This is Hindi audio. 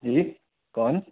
जी कौन